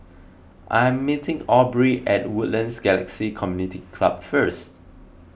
I am meeting Aubrie at Woodlands Galaxy Community Club first